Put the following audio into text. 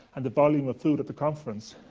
and the volume of food at the conference.